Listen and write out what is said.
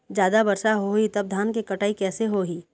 जादा वर्षा होही तब धान के कटाई कैसे होही?